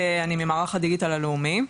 אני ממערך הדיגיטל הלאומי,